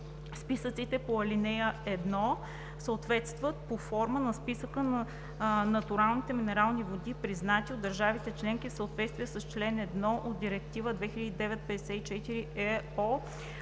Списъците по ал. 1 съответстват по форма на Списъка на натуралните минерални води, признати от държавите членки в съответствие с чл. 1 на Директива 2009/54/ЕО,